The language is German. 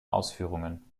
ausführungen